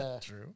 True